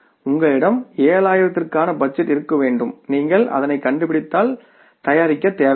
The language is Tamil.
உங்களிடம் 700 0இற்கான பட்ஜெட் இருக்கவேண்டும்நீங்கள் அதனை கண்டுபிடித்தால் தயாரிக்க தேவையில்லை